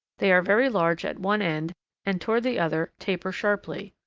they are very large at one end and toward the other taper sharply.